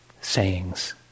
sayings